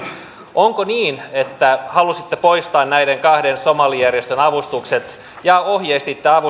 onko niin että halusitte poistaa näiden kahden somalijärjestön avustukset ja ohjeistitte